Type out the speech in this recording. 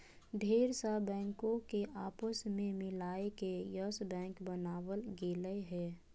ढेर सा बैंको के आपस मे मिलाय के यस बैक बनावल गेलय हें